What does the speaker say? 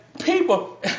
people